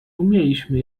umieliśmy